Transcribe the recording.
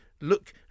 Look